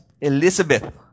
Elizabeth